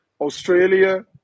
Australia